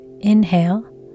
Inhale